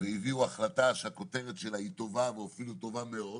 והביאו החלטה שהכותרת שלה היא טובה ואפילו טובה מאוד,